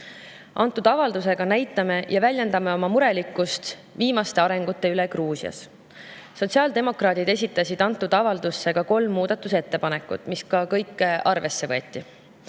Antud avaldusega näitame ja väljendame oma murelikkust viimaste arengute pärast Gruusias. Sotsiaaldemokraadid esitasid avalduse kohta ka kolm muudatusettepanekut, mis kõik võeti